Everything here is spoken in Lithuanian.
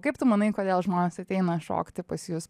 kaip tu manai kodėl žmonės ateina šokti pas jus